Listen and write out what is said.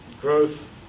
growth